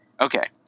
Okay